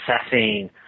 assessing